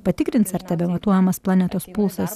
patikrins ar tebematuojamas planetos pulsas